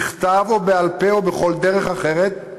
בכתב או בעל-פה או בכל דרך אחרת,